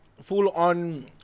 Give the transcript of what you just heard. full-on